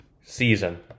season